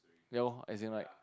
ya lor as in like